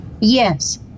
Yes